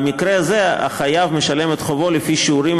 במקרה הזה החייב משלם את חובו לפי שיעורים